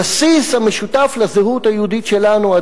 הבסיס המשותף לזהות היהודית שלנו,